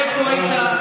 איפה היית,